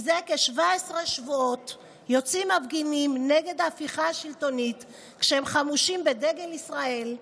זה כ-17 שבועות יוצאים מפגינים נגד ההפיכה השלטונית חמושים בדגל ישראל,